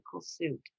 suit